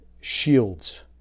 Shields